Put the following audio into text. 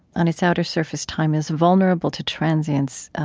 on its outer surface, time is vulnerable to transience.